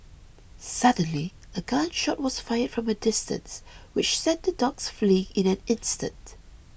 suddenly a gun shot was fired from a distance which sent the dogs fleeing in an instant